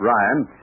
Ryan